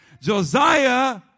Josiah